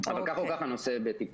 כך או כך הנושא בטיפול.